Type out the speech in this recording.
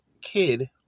kid